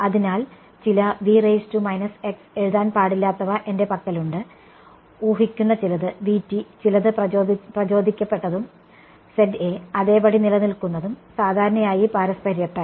അതിനാൽ ചില എഴുതാൻ പാടില്ലാത്തവ എന്റെ പക്കലുണ്ട് ഊഹിക്കുന്ന ചിലത് ചിലത് പ്രചോദിപ്പിക്കപ്പെട്ടതും അതേപടി നിലനിൽക്കുന്നതും സാധാരണയായി പാരസ്പര്യത്താൽ